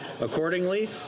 Accordingly